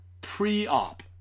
Pre-op